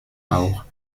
auch